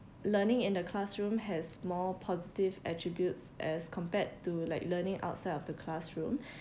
learning in the classroom has more positive attributes as compared to like learning outside of the classroom